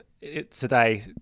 today